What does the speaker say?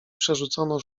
przerzucono